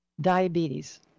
diabetes